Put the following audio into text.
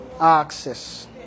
access